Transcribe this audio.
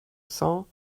cent